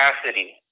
capacity